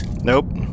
Nope